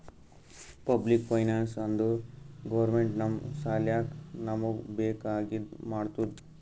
public finance ಅಂದುರ್ government ನಮ್ ಸಲ್ಯಾಕ್ ನಮೂಗ್ ಬೇಕ್ ಆಗಿದ ಮಾಡ್ತುದ್